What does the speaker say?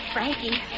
Frankie